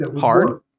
Hard